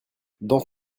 dans